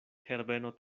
herbeno